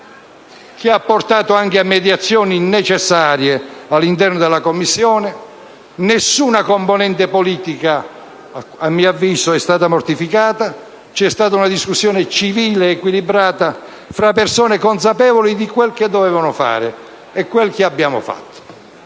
che ha portato anche a mediazioni necessarie all'interno della Commissione: nessuna componente politica, a mio avviso, è stata mortificata. C'è stata una discussione civile ed equilibrata fra persone consapevoli di quel che dovevano fare e di quel che abbiamo fatto.